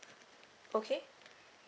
okay